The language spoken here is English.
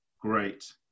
great